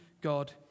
God